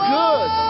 good